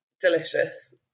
delicious